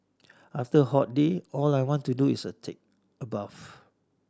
after a hot day all I want to do is a take a bath